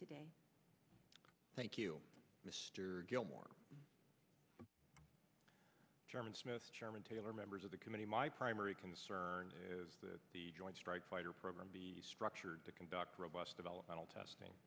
today thank you mr gilmore german smith chairman taylor members of the committee my primary concern is that the joint strike fighter program be structured to conduct robust developmental testing